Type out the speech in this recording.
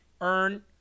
earn